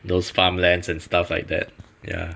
those farmlands and stuff like that ya